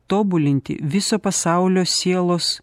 tobulinti viso pasaulio sielos